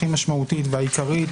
הכי משמעותית והעיקרית,